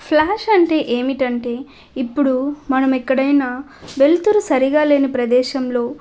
flash అంటే ఏంటంటే ఇప్పుడు మనం ఎక్కడ అయినా వెలుతురు సరిగా లేని ప్రదేశంలో